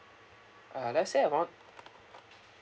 uh let's say I want